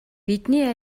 бидний